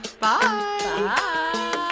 Bye